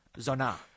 zona